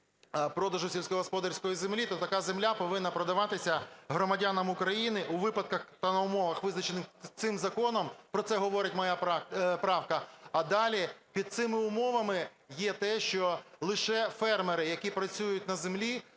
продажу сільськогосподарської землі, то така земля повинна продаватися громадянам України у випадках та на умовах, визначених цим законом, про це говорить моя правка. А далі під цими умовами є те, що лише фермери, які працюють на землі,